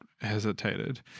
hesitated